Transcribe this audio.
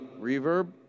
reverb